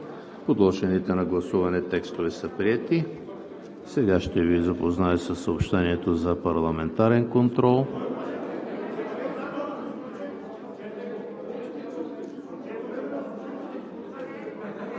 Подложените на гласуване текстове са приети. Сега ще Ви запозная със съобщението за парламентарен контрол.